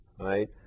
right